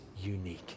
unique